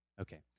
Okay